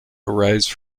arise